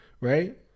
Right